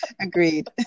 Agreed